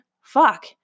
fuck